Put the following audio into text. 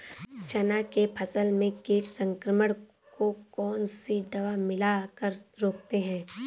चना के फसल में कीट संक्रमण को कौन सी दवा मिला कर रोकते हैं?